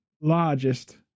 largest